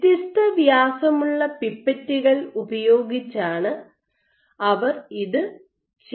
വ്യത്യസ്ത വ്യാസമുള്ള പിപ്പറ്റുകൾ ഉപയോഗിച്ചാണ് അവർ ഇത് ചെയ്തത്